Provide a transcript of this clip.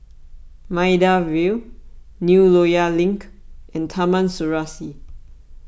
Maida Vale New Loyang Link and Taman Serasi